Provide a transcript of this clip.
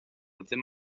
ddim